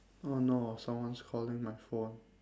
oh no someone's calling my phone